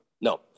No